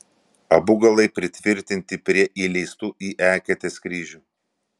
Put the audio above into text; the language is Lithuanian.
abu galai pritvirtinti prie įleistų į eketes kryžių